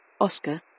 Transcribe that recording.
Oscar